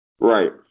Right